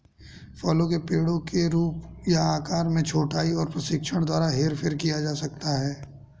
फलों के पेड़ों के रूप या आकार में छंटाई और प्रशिक्षण द्वारा हेरफेर किया जा सकता है